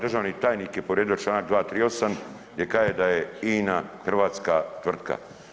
Državni tajnik je povrijedio članak 238. gdje kaže da je INA hrvatska tvrtka.